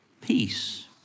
peace